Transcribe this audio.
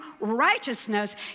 righteousness